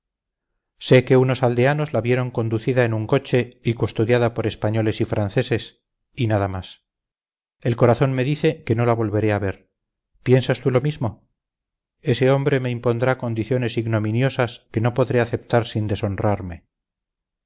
sé que unos aldeanos la vieron conducida en un coche y custodiada por españoles y franceses y nada más el corazón me dice que no la volveré a ver piensas tú lo mismo ese hombre me impondrá condiciones ignominiosas que no podré aceptar sin deshonrarme